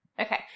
Okay